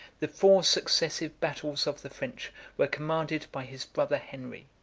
the four successive battles of the french were commanded by his brother henry,